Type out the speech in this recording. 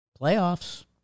Playoffs